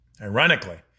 Ironically